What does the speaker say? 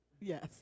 Yes